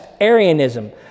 Arianism